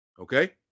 Okay